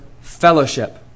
fellowship